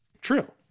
True